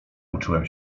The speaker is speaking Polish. uczyłem